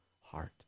heart